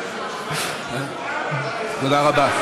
תודה רבה.